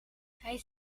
hij